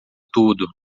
tudo